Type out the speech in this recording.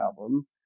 album